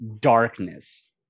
darkness